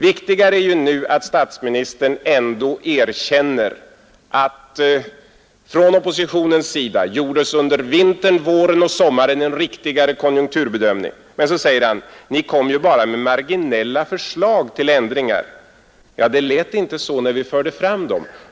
Viktigare är att statsministern nu ändå erkänner att vi från oppositionens sida under vintern, våren och sommaren gjorde en riktigare konjunkturbedömning. Men så sade statsministern: Ni kom ju bara med marginella förslag till ändringar. Men så lät det inte när vi förde fram förslagen.